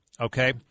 okay